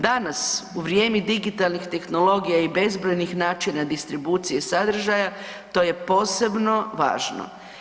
Danas u vrijeme digitalnih tehnologija i bezbrojnih načina distribucije sadržaja to je posebno važno.